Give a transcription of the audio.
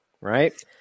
right